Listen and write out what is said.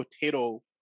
potato